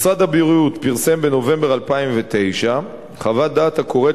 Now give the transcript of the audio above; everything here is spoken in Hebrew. משרד הבריאות פרסם בנובמבר 2009 חוות דעת הקוראת